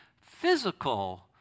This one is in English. physical